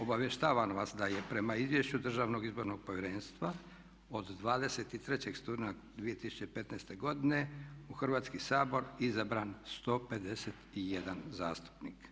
Obavještavam vas da je prema izvješću Državnog izbornog povjerenstva od 23. studenog 2015. godine u Hrvatski sabor izabran 151 zastupnik.